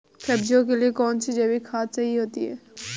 सब्जियों के लिए कौन सी जैविक खाद सही होती है?